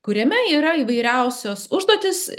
kuriame yra įvairiausios užduotys